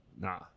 nah